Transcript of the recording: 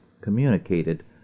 communicated